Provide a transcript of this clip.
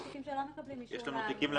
יש תיקים שלא מקבלים אישור להעמדה לדין.